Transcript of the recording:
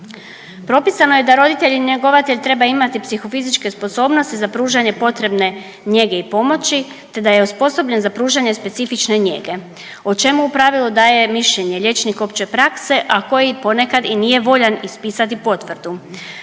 Propisano je da roditelj njegovatelj treba imati psihofizičke sposobnosti za pružanje potrebne njege i pomoći te da je osposobljen za pružanje specifične njege o čemu u pravilu daje mišljenje liječnik opće prakse, a koji ponekad i nije voljan ispisati potvrdu.